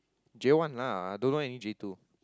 J one lah I don't know any J two